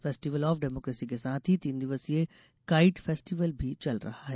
festival of democracy के साथ ही तीन दिवसीय काइट फेस्टिवल भी चल रहा है